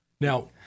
Now